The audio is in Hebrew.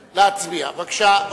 להצביע, בבקשה.